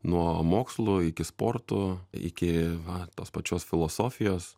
nuo mokslų iki sportų iki va tos pačios filosofijos